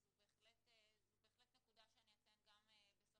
זו בהחלט נקודה שאני אציין גם בסוף